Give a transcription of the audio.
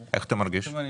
ברוכים הנמצאים.